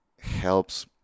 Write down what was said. helps